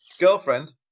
Girlfriend